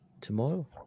tomorrow